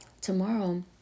Tomorrow